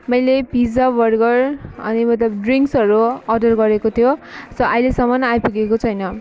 मैले pizza burger अनि मतलब ड्रिङ्क्सहरू अर्डर गरेको थियो सो अहिलेसम्मन आइपुगेको छैन